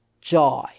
joy